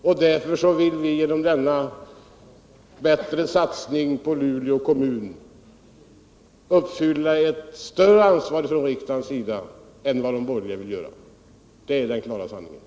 Och därför vill vi genom denna bättre satsning på Luleå kommun uppfylla ett större ansvar från riksdagens sida än vad de borgerliga vill göra — det är den klara sanningen.